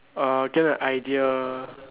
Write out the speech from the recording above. uh get a idea